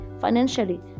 financially